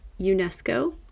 UNESCO